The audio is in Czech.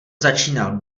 začínal